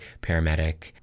paramedic